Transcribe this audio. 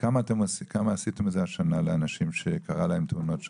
כמה עשיתם את זה השנה לאנשים שקרה להם תאונות שם?